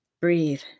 Breathe